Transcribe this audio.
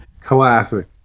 Classic